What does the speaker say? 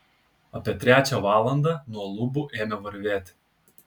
apie trečią valandą nuo lubų ėmė varvėti